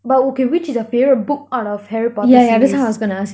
but okay which is your favourite book out of harry potter series